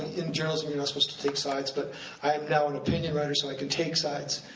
in journalism you're not supposed to take sides, but i am now an opinion writer so i can take sides.